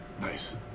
nice